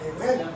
Amen